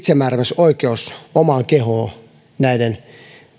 olla itsemääräämisoikeus omaan kehoonsa näiden